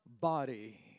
body